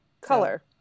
Color